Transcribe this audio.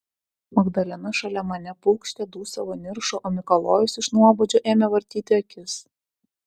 magdalena šalia mane pūkštė dūsavo niršo o mikalojus iš nuobodžio ėmė vartyti akis